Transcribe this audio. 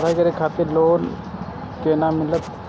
पढ़ाई करे खातिर लोन केना मिलत?